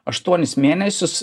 aštuonis mėnesius